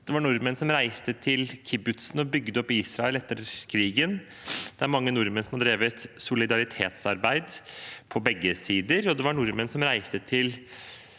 Det var nordmenn som reiste til kibbutzene og bygde opp Israel etter krigen. Det er mange nordmenn som har drevet solidaritetsarbeid på begge sider, og det var nordmenn som reiste til